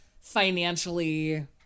financially